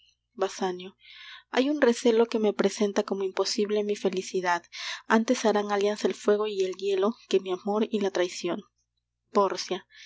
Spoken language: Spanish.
hay un recelo que me presenta como imposible mi felicidad antes harán alianza el fuego y el hielo que mi amor y la traicion pórcia